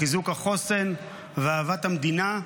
חיזוק החוסן ואהבת המדינה,